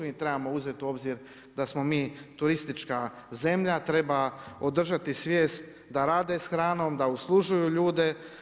Mi trebamo uzeti u obzir da smo mi turistička zemlja, treba održati svijest da rade sa hranom, da uslužuju ljude.